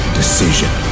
decision